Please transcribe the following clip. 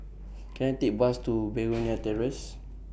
Can I Take A Bus to Begonia Terrace